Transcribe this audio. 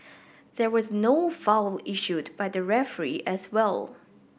there was no foul issued by the referee as well